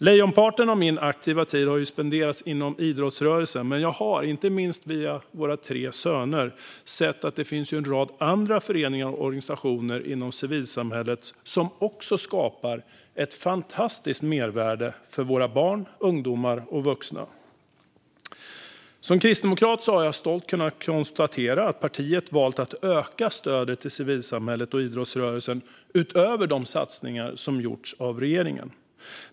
Lejonparten av min aktiva tid har spenderats inom idrottsrörelsen, men jag vet, inte minst genom våra tre söner, att det finns en rad andra föreningar och organisationer inom civilsamhället som också skapar ett fantastiskt mervärde för barn, ungdomar och vuxna. Som kristdemokrat har jag stolt kunnat konstatera att mitt parti valt att öka stödet till civilsamhället och idrottsrörelsen utöver de satsningar som gjorts av regeringen.